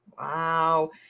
Wow